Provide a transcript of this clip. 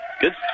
Good